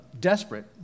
desperate